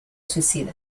suicida